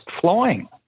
flying